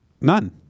None